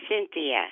Cynthia